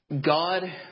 God